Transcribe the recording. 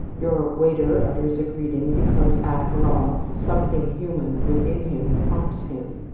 your waiter utters a greeting because, after all, something human within him prompts him.